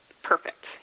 perfect